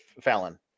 Fallon